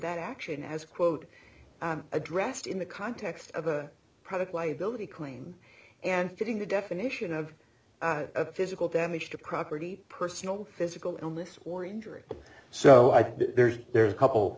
that action has quote addressed in the context of a product liability claim and getting a definition of physical damage to property personal physical illness or injury so i think there's there's a couple